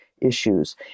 issues